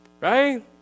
right